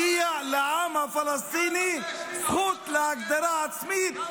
מגיעה לעם הפלסטיני זכות להגדרה עצמית,